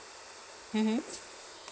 mmhmm